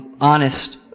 honest